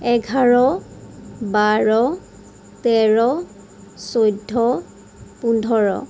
এঘাৰ বাৰ তেৰ চৈধ্য পোন্ধৰ